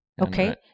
Okay